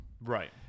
Right